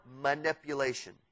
manipulation